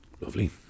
Lovely